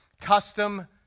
custom